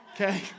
Okay